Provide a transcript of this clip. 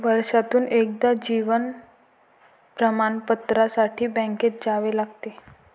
वर्षातून एकदा जीवन प्रमाणपत्रासाठी बँकेत जावे लागते